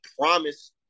promise